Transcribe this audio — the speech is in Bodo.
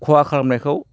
खहा खालामनायखौ